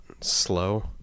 slow